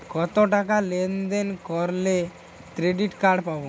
কতটাকা লেনদেন করলে ক্রেডিট কার্ড পাব?